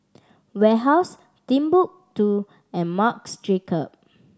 Warehouse Timbuk Two and Marc Jacobs